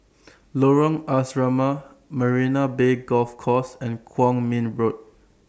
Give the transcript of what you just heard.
Lorong Asrama Marina Bay Golf Course and Kwong Min Road